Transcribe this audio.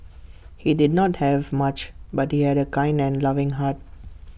he did not have much but he had A kind and loving heart